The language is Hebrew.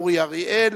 אורי אריאל,